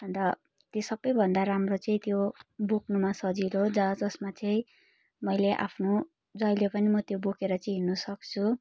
अन्त त्यो सबभन्दा राम्रो चाहिँ त्यो बोक्नुमा सजिलो ज जसमा चाहिँ मैले आफ्नो जहिले पनि म त्यो बोकेर चाहिँ हिँड्न सक्छु